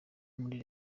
muri